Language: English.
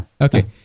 Okay